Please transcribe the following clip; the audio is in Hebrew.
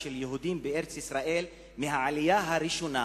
של יהודים בארץ-ישראל מהעלייה הראשונה,